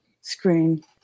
screen